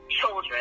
children